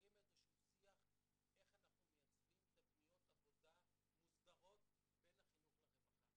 לקיים שיח איך אנחנו מייצבים תבניות עבודה מוסדרות בין החינוך לרווחה.